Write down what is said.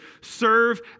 serve